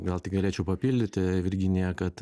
gal tik galėčiau papildyti virginiją kad